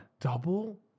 Double